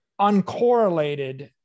uncorrelated